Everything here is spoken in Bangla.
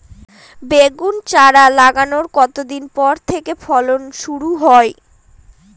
বেগুন চারা লাগানোর কতদিন পর থেকে ফলন শুরু হয়?